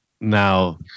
now